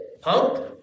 punk